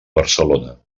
barcelona